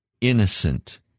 innocent